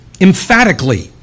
emphatically